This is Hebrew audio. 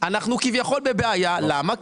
אנחנו כביכול בבעיה למה?